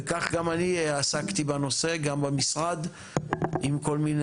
וכך גם אני עסקתי בנושא גם במשרד עם כל מיני